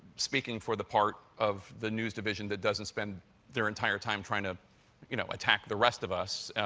speaking for the part of the news division that doesn't spend their entire time trying to you know attack the rest of us,